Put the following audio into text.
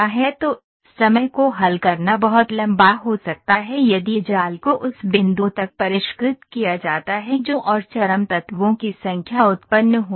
तो समय को हल करना बहुत लंबा हो सकता है यदि जाल को उस बिंदु तक परिष्कृत किया जाता है जो और चरम तत्वों की संख्या उत्पन्न होती है